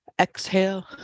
Exhale